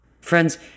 friends